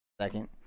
second